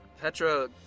Petra